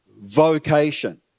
vocation